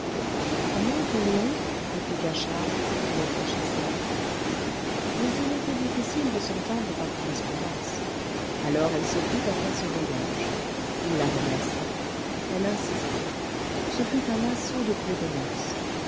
à moins que léon répliqua charles qui réfléchissait mais il était difficile de s'entendre par correspondance alors elle s'offrit à faire ce voyage il la remercia elle insista ce fut un assaut de prévenances